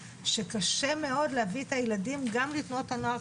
שקשה מאוד להביא את הילדים גם לתנועות הנוער,